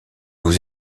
aux